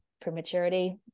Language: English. prematurity